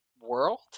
world